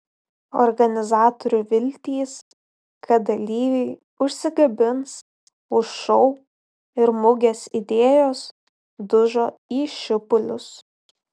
organizatorių viltys kad dalyviai užsikabins už šou ir mugės idėjos dužo į šipulius